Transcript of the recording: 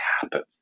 happen